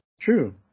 True